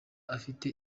afite